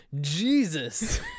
Jesus